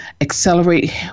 accelerate